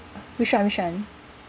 which [one] which [one]